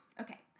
Okay